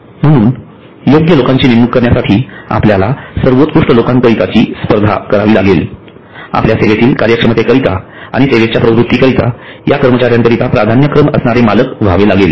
म्हणून योग्य लोकांची नेमणूक करण्यासाठी आपल्याला सर्वोत्कृष्ट लोकांकरिताची स्पर्धा करावी लागेल आपल्याला सेवेतील कार्यक्षमतेकरिता आणि सेवेच्या प्रवृत्ती करिता या कर्मचाऱ्यांकरिता प्राधान्यक्रम असणारे मालक व्हावे लागेल